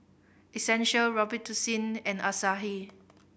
Essential Robitussin and Asahi